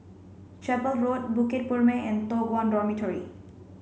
Chapel Road Bukit Purmei and Toh Guan Dormitory